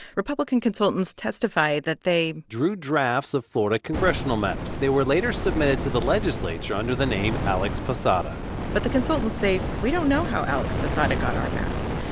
republican consultants testified that they. drew drafts of florida congressional maps. they were later submitted to the legislature under the name alex posada but the consultants say, we don't know how alex posada got our maps.